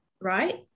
right